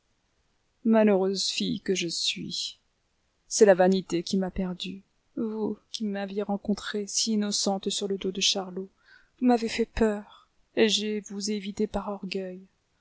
malheureuse fille que je suis c'est la vanité qui m'a perdue vous qui m'aviez rencontrée si innocente sur le dos de charlot vous m'avez fait peur et je vous ai évité par orgueil